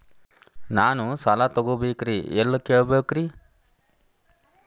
ನಾನು ಸಾಲ ತೊಗೋಬೇಕ್ರಿ ಎಲ್ಲ ಕೇಳಬೇಕ್ರಿ?